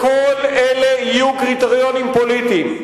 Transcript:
על בסיס, בכל אלה יהיו קריטריונים פוליטיים.